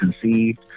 conceived